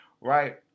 right